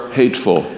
hateful